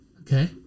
Okay